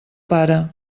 pare